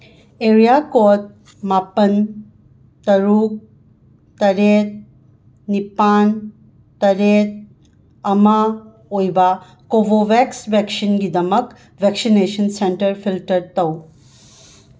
area code ꯃꯥꯄꯟ ꯇꯔꯨꯛ ꯇꯔꯦꯠ ꯅꯤꯄꯥꯟ ꯇꯔꯦꯠ ꯑꯃ ꯑꯣꯏꯕ ꯀꯣꯚꯣꯚꯦꯛꯁ ꯚꯦꯛꯁꯤꯟꯒꯤꯗꯃꯛ ꯚꯦꯛꯁꯤꯅꯦꯁꯟ ꯁꯦꯟꯇꯔ ꯐꯤꯜꯇꯔ ꯇꯧ